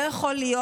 לא יכול להיות.